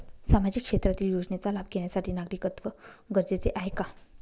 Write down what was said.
सामाजिक क्षेत्रातील योजनेचा लाभ घेण्यासाठी नागरिकत्व गरजेचे आहे का?